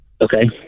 Okay